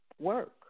work